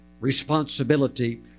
responsibility